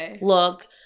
look